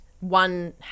one